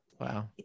Wow